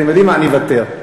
אני אוותר.